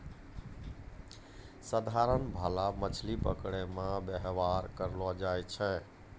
साधारण भाला मछली पकड़ै मे वेवहार करलो जाय छै